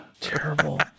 terrible